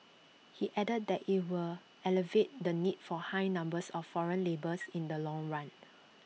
he added that IT will alleviate the need for high numbers of foreign labours in the long run